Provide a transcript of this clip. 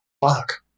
Fuck